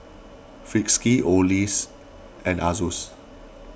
Friskies Oakley and Asus